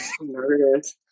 Nervous